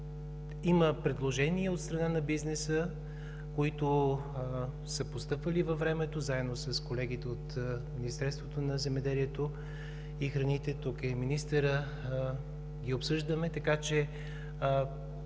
Има предложения от страна на бизнеса, които са постъпвали във времето, заедно с колегите от Министерството на земеделието и храните, тук е и министърът и ги обсъждаме, така че